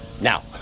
now